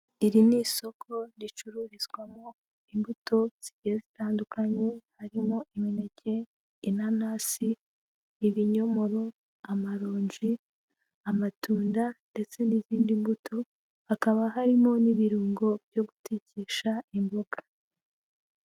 Iri ni isoko ricururizwamo imbuto zigiye zitandukanye harimo imineke, inanasi, ibinyomoro, amaronji, amatunda ndetse n'izindi mbuto hakaba harimo n'ibirungo byo gutekesha imboga.